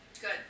Good